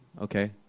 okay